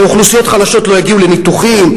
שאוכלוסיות חלשות לא יגיעו לניתוחים?